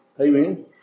amen